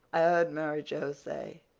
i heard mary joe say,